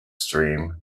stream